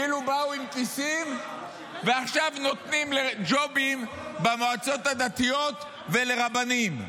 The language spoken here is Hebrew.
כאילו באו עם כיסים ועכשיו נותנים ג'ובים במועצות הדתיות ולרבנים,